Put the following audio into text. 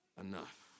enough